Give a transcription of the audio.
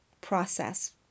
process